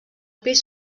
pis